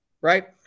right